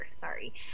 Sorry